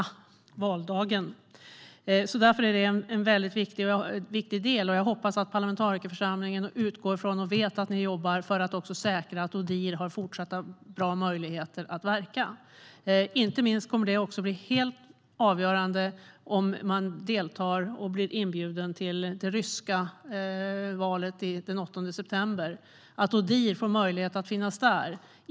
Därför är valobservationerna en väldigt viktig del. Jag hoppas och utgår från att ni i parlamentarikerförsamlingen vet att ni jobbar för att säkra att Odihr har fortsatt goda möjligheter att verka. Inte minst kommer det att bli helt avgörande, om man blir inbjuden till och deltar som övervakare vid valet den 8 december, att Odihr får möjlighet att finnas där.